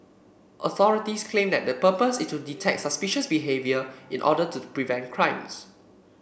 authorities claim that the purpose is to detect suspicious behaviour in order to prevent crimes